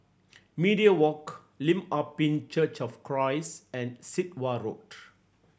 Media Walk Lim Ah Pin Church of Christ and Sit Wah Road